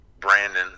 brandon